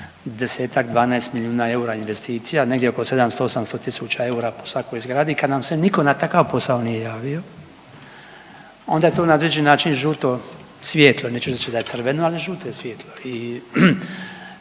10-ak, 12 milijuna eura investicija, negdje oko 700, 800.000 eura po svakoj zgradi, kad nam se niko na takav posao nije javio onda je to na određeni način žuto svjetlo, neću reći da je crveno, ali je žuto je svjetlo.